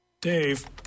Dave